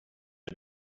der